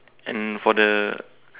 and for the